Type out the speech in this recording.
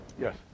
Yes